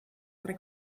per